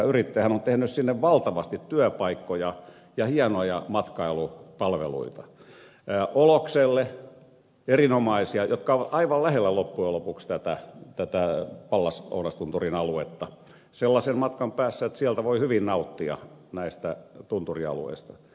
hän on tehnyt sinne valtavasti työpaikkoja ja hienoja matkailupalveluita olokselle erinomaisia jotka ovat aivan lähellä loppujen lopuksi tätä pallas ounastunturin aluetta sellaisen matkan päässä että sieltä voi hyvin nauttia näistä tunturialueista